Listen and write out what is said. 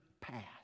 past